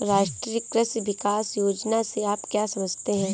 राष्ट्रीय कृषि विकास योजना से आप क्या समझते हैं?